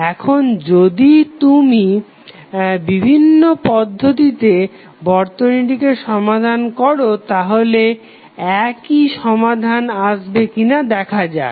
এখন যদি তুমি বিভিন্ন পদ্ধতিতে বর্তনীটিকে সমাধান করো তাহলে একই সমাধান আসবে কিনা দেখা যাক